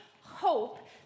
hope